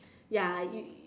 ya you